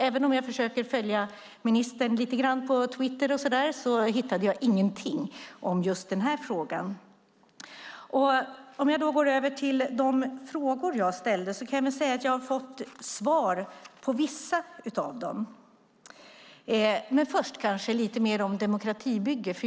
Även om jag försöker följa ministern på Twitter och liknande har jag inte hittat något om just den här frågan. Låt mig gå över till de frågor jag ställde. Jag kan väl säga att jag har fått svar på vissa av dem. Men först ska jag kanske säga lite mer om demokratibygge.